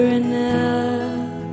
enough